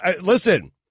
listen